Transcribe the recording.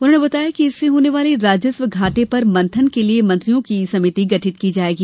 उन्होंने बताया कि इससे होने वाले राजस्व घाटे पर मंथन के लिये मंत्रियों की समिति गठित की जायेगी